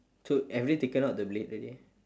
so have they taken out the blade already